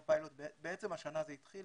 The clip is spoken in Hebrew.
בעצם השנה זה התחיל